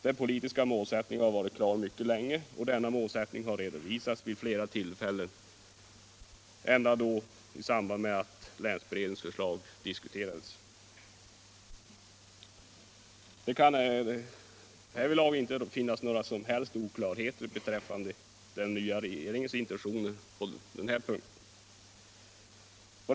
Den politiska målsättningen har varit klar mycket länge, och denna målsättning har redovisats vid flera tillfällen ända sedan länsberedningens förslag diskuterades. Det kan inte ha funnits några som helst oklarheter beträffande den nya regeringens intentioner på den här punkten.